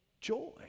joy